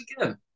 again